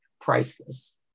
priceless